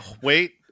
Wait